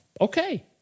Okay